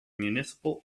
municipal